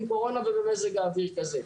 עם קורונה ובמזג אוויר כזה.